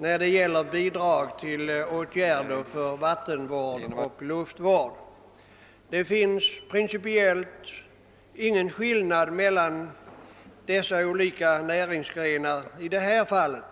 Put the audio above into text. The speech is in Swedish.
i fråga om bidrag till åtgärder för vattenvård och luftvård. Det finns principiellt ingen skillnad mellan dessa näringsgrenar i detta avseende.